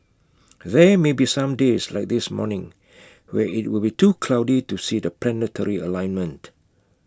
there may be some days like this morning where IT will be too cloudy to see the planetary alignment